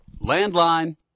Landline